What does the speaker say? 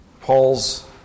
Paul's